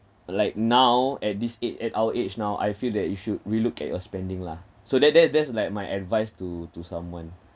like now at this age at our age now I feel that you should really look at your spending lah so that that that's like my advice to to someone